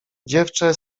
dziewczę